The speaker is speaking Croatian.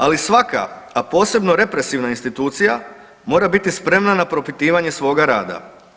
Ali svaka, a posebno represivna institucija mora biti spremna na propitivanje svoga rada.